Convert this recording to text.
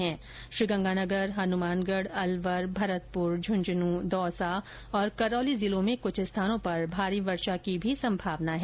वहीं श्रीगंगानगर हनुमानगढ़ अलवर भरतपुर झुन्झुनू दौसा और करौली जिलों में कुछ स्थानों पर भारी वर्षा की भी संभावना है